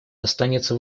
останется